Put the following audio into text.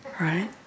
right